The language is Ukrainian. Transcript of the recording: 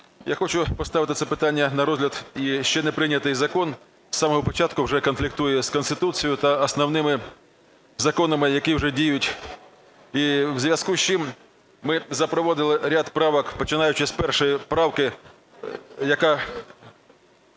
Я хочу поставити це питання на розгляд. Ще неприйнятий закон з самого початку вже конфліктує з Конституцією та основними законами, які вже діють. І в зв'язку з чим ми запровадили ряд правок, починаючи з першої правки, яка